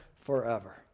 forever